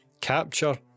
capture